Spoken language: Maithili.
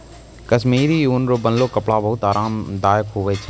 कश्मीरी ऊन रो बनलो कपड़ा आराम दायक हुवै छै